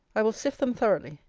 i will sift them thoroughly.